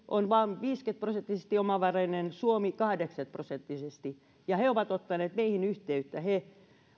on vain viisikymmentä prosenttisesti omavarainen suomi kahdeksankymmentä prosenttisesti ja he ovat ottaneet meihin yhteyttä he